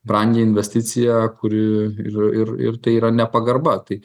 brangią investiciją kuri ir ir ir tai yra nepagarba tai